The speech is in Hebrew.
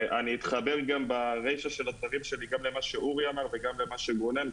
אתחבר ברישא של הדברים שלי גם למה שאורי אמר וגם למה שגונן,